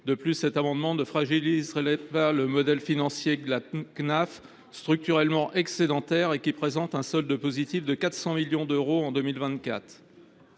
de cet amendement ne fragiliserait pas le modèle financier de la Cnaf, qui est structurellement excédentaire et qui présente un solde positif de 400 millions d’euros en 2024.